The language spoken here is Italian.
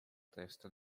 testa